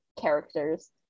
characters